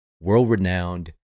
world-renowned